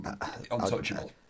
untouchable